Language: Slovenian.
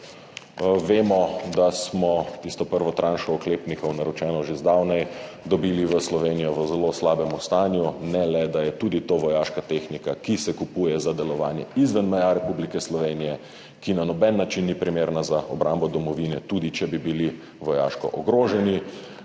Vemo, da smo tisto prvo tranšo oklepnikov, naročeno že zdavnaj, dobili v Slovenijo v zelo slabem stanju. Ne le da je tudi to vojaška tehnika, ki se kupuje za delovanje izven meja Republike Slovenije, ki na noben način ni primerna za obrambo domovine, tudi če bi bili vojaško ogroženi,